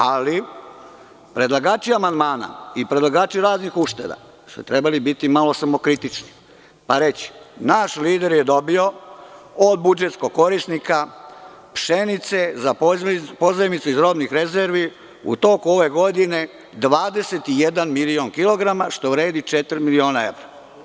Ali, predlagači amandmana i predlagači raznih ušteda su trebali biti malo samokritični, pa reći – naš lider je dobio od budžetskog korisnika pšenice za pozajmicu iz robnih rezervi u toku ove godine 21 milion kilograma, što vredi četiri miliona evra.